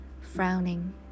frowning